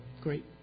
great